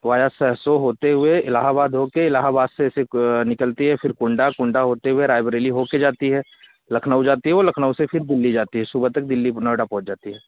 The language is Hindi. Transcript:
वाया सरसों होते हुए इलाहाबाद होकर इलाहाबाद से ऐसे क निकलती है फिर कुंडा कुंडा होते हुए रायबरेली हो क जाती है लखनऊ जाती है वह लखनऊ से फिर दिल्ली जाती है सुबह तक दिल्ली नोएडा पहूँच जाती है